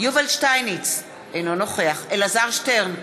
יובל שטייניץ, אינו נוכח אלעזר שטרן,